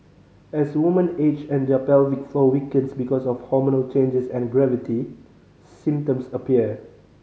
as woman age and their pelvic floor weakens because of hormonal changes and gravity symptoms appear